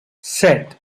set